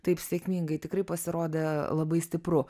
taip sėkmingai tikrai pasirodė labai stipru